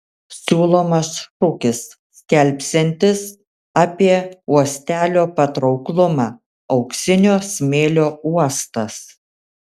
siūlomas šūkis skelbsiantis apie uostelio patrauklumą auksinio smėlio uostas